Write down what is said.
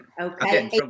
Okay